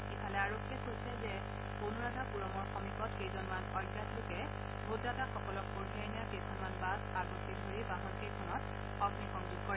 ইফালে আৰক্ষীয়ে কৈছে যে অনুৰাধাপুৰমৰ সমীপত কেইজনমান অজ্ঞাত লোকে ভোটদাতাসকলক কঢ়িয়াই নিয়া কেইখনমান বাছ আগচি ধৰি বাহনকেইখনত অগ্নিসংযোগ কৰে